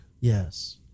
Yes